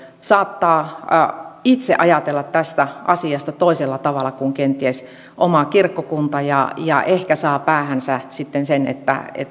saattaa itse ajatella tästä asiasta toisella tavalla kuin kenties oma kirkkokunta ja ja ehkä saa päähänsä sitten sen että